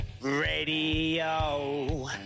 radio